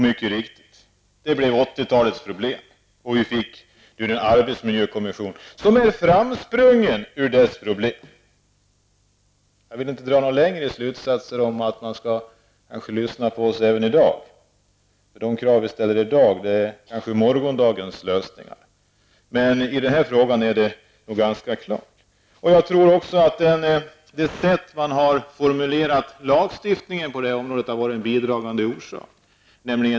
Mycket riktigt blev de 1980 talets problem, och vi fick en arbetsmiljökommission som är framsprungen ur dessa problem. Jag vill inte dra några längre slutsatser av detta och säga att man skall lyssna på oss även i dag. Men de krav som vi ställer i dag kanske blir morgondagens lösningar. Det sätt på vilket man genom ramlagstiftning och partssamverkan har formulerat lagstiftningen på detta område har varit en bidragande orsak.